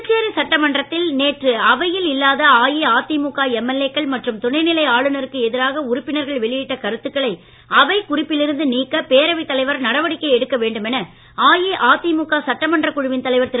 புதுச்சேரி சட்டமன்றத்தில் நேற்று அவையில் இல்லாத அஇஅதிமுக எம்எல்ஏ க்கள் மற்றும் துணைநிலை ஆளுனருக்கு எதிராக உறுப்பினர்கள் வெளியிட்ட கருத்துக்களை அவைக் குறிப்பில் இருந்து நீக்க பேரவைத் தலைவர் நடவடிக்கை எடுக்கவேண்டுமென அஇஅதிமுக சட்டமன்றக் திரு